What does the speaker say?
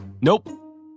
Nope